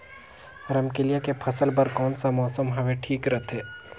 रमकेलिया के फसल बार कोन सा मौसम हवे ठीक रथे?